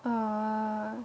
uh